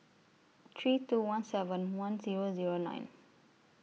three two one seven one Zero Zero nine